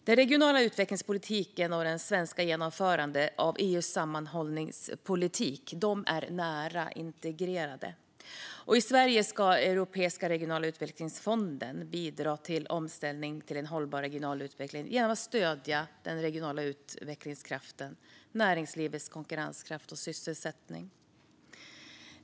Den regionala utvecklingspolitiken och det svenska genomförandet av EU:s sammanhållningspolitik är nära integrerade. I Sverige ska Europeiska regionala utvecklingsfonden bidra till omställningen till en hållbar regional utveckling genom att stödja den regionala utvecklingskraften, näringslivets konkurrenskraft och sysselsättning.